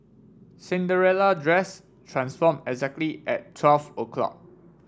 Cinderella dress transform exactly at twelve o'clock